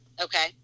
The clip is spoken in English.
Okay